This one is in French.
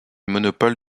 monopole